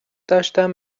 داشتم